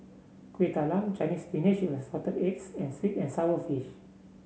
Kuih Talam Chinese Spinach with Assorted Eggs and sweet and sour fish